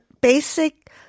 basic